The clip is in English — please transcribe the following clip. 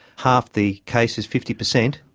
half the cases, fifty percent,